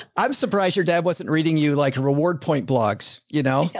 i'm surprised your dad wasn't reading you like reward point blogs, you know,